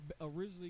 originally